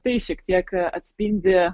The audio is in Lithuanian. tai šiek tiek atspindi